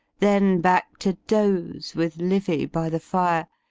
then back to doze, with livyy by the fire.